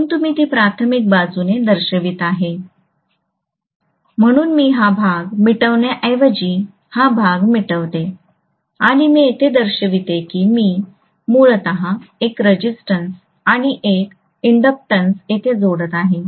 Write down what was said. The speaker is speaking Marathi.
परंतु मी ती प्राथमिक बाजूने दर्शवित आहे म्हणून मी हा भाग मिटविण्याऐवजी हा भाग मिटवते आणि मी येथे दर्शविते की मी मूलतः एक रेजिस्टन्स आणि एक इन्डक्टन्स येथे जोडत आहे